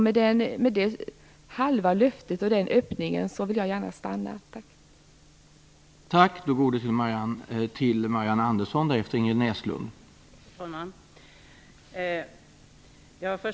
Med det halva löftet och den öppningen från försvarsministern stannar jag.